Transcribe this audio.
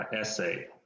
essay